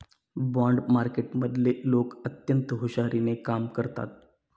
bond मार्केटमधले लोक अत्यंत हुशारीने कामं करतात